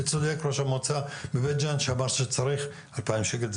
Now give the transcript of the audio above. וצודק ראש המועצה בבית ג'אן שאמר שצריך אלפיים שקל,